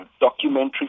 Documentary